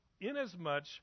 inasmuch